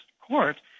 court